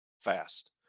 fast